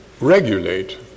regulate